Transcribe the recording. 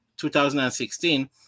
2016